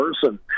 person